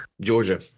Georgia